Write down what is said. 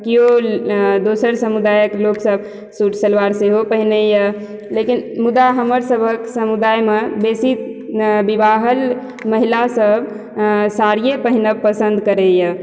केओ दोसर समुदायक लोक सब सूट सलवार सेहो पहिरैया लेकिन मुदा हमर सबहक समुदायमे बेसी विवाहल महिला सब साड़िये पहिनब पसन्द करैया